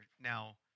Now